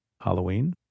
Halloween